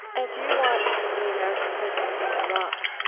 as you watch the american presence in iraq,